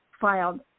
filed